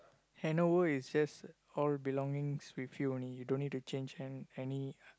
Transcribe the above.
handover is just all belongings with you only you don't need to change an~ any